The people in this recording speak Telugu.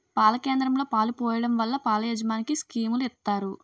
పాల కేంద్రంలో పాలు పోయడం వల్ల పాల యాజమనికి స్కీములు ఇత్తారు